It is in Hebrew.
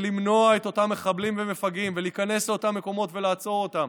ולמנוע מאותם מחבלים ומפגעים להיכנס לאותם מקומות ולעצור אותם,